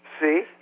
See